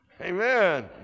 Amen